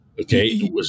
okay